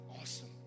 awesome